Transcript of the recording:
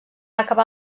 acabar